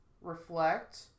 reflect